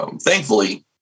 Thankfully